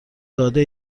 داده